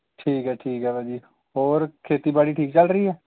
ਠੀਕ ਹੈ ਠੀਕ ਹੈ ਭਾਅ ਜੀ ਹੋਰ ਖੇਤੀਬਾੜੀ ਠੀਕ ਚੱਲ ਰਹੀ ਹੈ